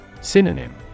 Synonym